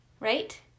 Right